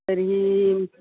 तर्हि